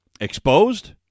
exposed